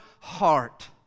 heart